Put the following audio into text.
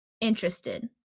interested